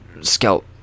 Scout